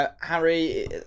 Harry